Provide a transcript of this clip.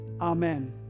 amen